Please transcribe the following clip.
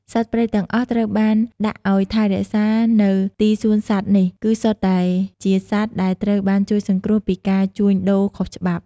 សត្វព្រៃទាំងអស់ដែលត្រូវបានដាក់ឱ្យថែរក្សានៅទីសួនសត្វនេះ គឺសុទ្ធតែជាសត្វដែលត្រូវបានជួយសង្គ្រោះពីការជួញដូរខុសច្បាប់។